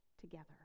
together